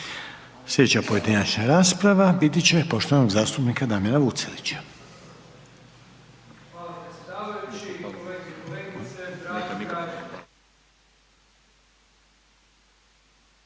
Slijedeća pojedinačna rasprava biti će poštovanog zastupnika Saše Đujića.